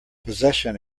possession